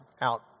out